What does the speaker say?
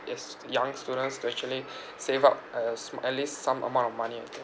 as young students to actually save up a s~ mm at least some amount of money I think